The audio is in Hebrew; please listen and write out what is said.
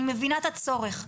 אני מבינה את הצורך.